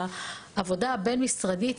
בעבודה הבין-משרדית,